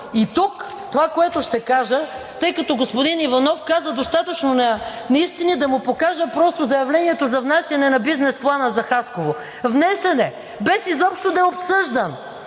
И тук това, което ще кажа, тъй като господин Иванов каза достатъчно неистини, да му покажа просто заявлението за внасяне на бизнес плана за Хасково. Внесен е, без изобщо да е обсъждан,